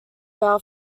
bow